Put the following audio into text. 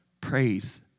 Praise